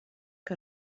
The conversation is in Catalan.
que